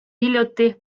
hiljuti